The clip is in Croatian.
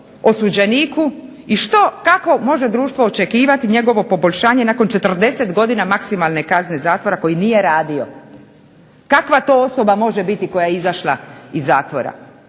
osuđeniku i što kako može društvo očekivati njegovo poboljšanje nakon 40 godina maksimalne kazne zatvora, koji nije radio, kakva to može osoba biti koja je izašla iz zatvora.